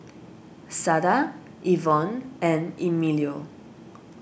Sada Evonne and Emilio